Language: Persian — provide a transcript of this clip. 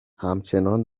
همچنان